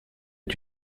est